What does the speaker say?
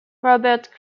robert